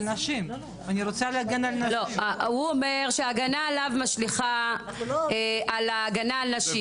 הוא אומר שההגנה עליו משליכה על ההגנה על נשים.